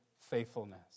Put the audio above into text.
faithfulness